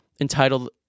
entitled